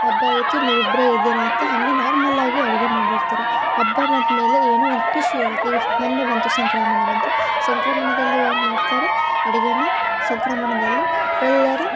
ಹಬ್ಬ ಇತ್ತು ನೀವು ಇಬ್ಬರೇ ಇದ್ದೀರಾ ಅಂತ ಹಾಗೆ ನಾರ್ಮಲ್ ಆಗಿ ಅಡುಗೆ ಮಾಡಿರ್ತೀರ ಹಬ್ಬ ಬಂದ ಮೇಲೆ ಏನೋ ಒಂದು ಖುಷಿ ಇರುತ್ತೆ ಈಗ ಮೊನ್ನೆ ಬಂತು ಸಂಕ್ರಮಣ ಬಂತು ಸಂಕ್ರಮಣದಲ್ಲಿ ಏನು ಮಾಡ್ತಾರೆ ಅಡುಗೆಯೇ ಸಂಕ್ರಮಣದಲ್ಲಿ ಎಲ್ಲರೂ